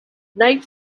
night